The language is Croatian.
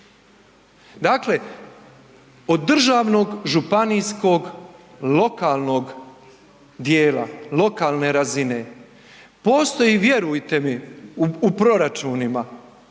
Dakle, od državnog, županijskog, lokalnog dijela, lokalne razine postoji vjerujte mi u proračunima